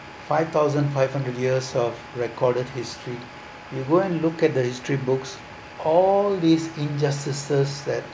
five thousand five hundred years of recorded history you go and look at the history books all these injustices that